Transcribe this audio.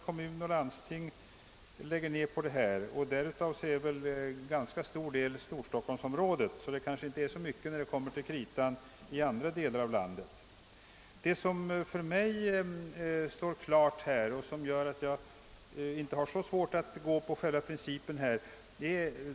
Kommuner och landsting lägger ned ungefär 200 miljoner kronor netto om året på kollektiv trafik. Ganska stor del faller väl på Storstockholmsområdet, så det kanske inte kan röra sig om så stora summor i andra delar av landet.